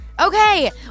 Okay